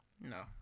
No